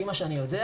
לפי מה שאני יודע